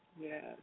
Yes